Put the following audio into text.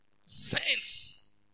Saints